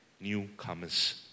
newcomers